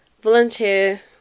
volunteer